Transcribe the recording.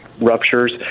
ruptures